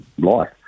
life